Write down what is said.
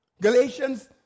Galatians